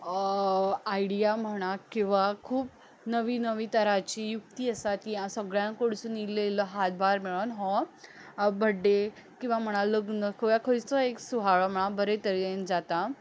idea म्हणा किंवां खूब नवी नवी तरांची आसा ती सगळ्यां कडसून इल्लो इल्लो हातभार मेळून हो बर्थडे किंवां म्हणा लग्न वा खंयचो एक सुवाळो म्हणा बरे तरेन जाता